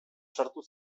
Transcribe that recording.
sartu